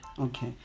Okay